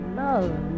love